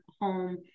home